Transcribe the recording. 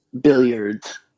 billiards